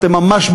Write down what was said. אתם ממש,